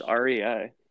REI